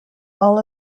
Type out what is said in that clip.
all